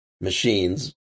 machines